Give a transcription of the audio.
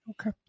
Okay